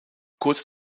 kurz